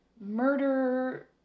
murder